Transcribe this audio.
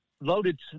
loaded